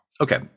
Okay